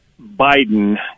Biden